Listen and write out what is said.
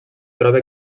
troba